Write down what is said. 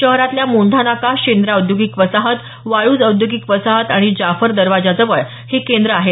शहरातल्या मोंढा नाका शेंद्रा औद्योगिक वसाहत वाळूज औद्योगिक वसाहत आणि जाफर दरवाजाजवळ ही केंद्र आहेत